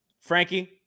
Frankie